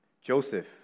Joseph